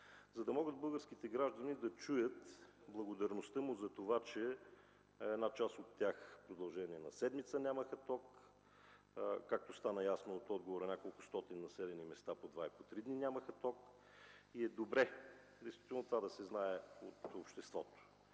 за да могат българските граждани да чуят благодарността му за това, че една част от тях в продължение на седмица нямаха ток, а както стана ясно от отговора, неколкостотин населени места по два и по три дена нямаха ток. И това е добре да се знае от обществото.